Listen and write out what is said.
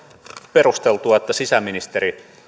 perusteltua että sisäministeri